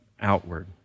outward